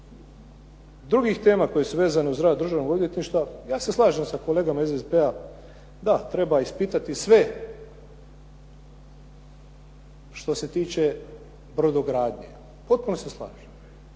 drugih tema koje su vezne uz rad Državnog odvjetništva, ja se slažem sa kolegama iz SDP-a, da treba ispitati sve što se tiče brodogradnje. Potpuno se slažem.